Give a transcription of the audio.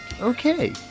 Okay